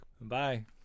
Bye